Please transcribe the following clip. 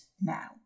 now